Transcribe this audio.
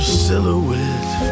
silhouette